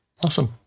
Awesome